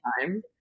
time